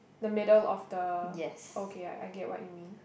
the middle of the okay I get what you mean